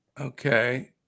Okay